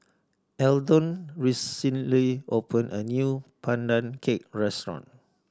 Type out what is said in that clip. Eldon recently opened a new Pandan Cake restaurant